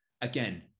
Again